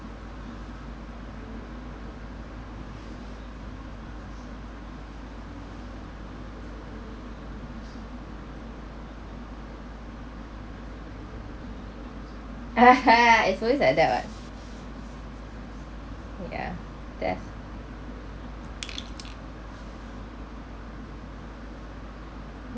it's always like that [what] ya that's